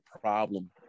problem